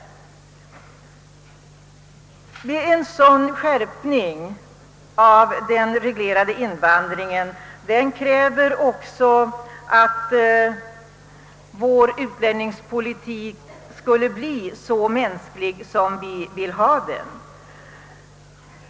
Men en sådan skärpning av den reglerade invandringen kräver också att vår utlänningspolitik blir så mänsklig som vi vill ha den.